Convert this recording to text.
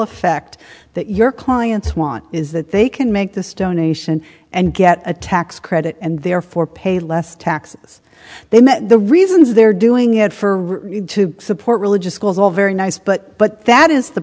effect that your clients want is that they can make this donation and get a tax credit and therefore pay less taxes they met the reasons they're doing it for you to support religious schools all very nice but but that is the